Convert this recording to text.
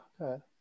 Okay